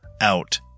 out